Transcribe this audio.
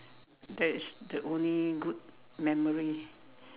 that is the only good memory